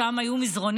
ששם היו מזרנים.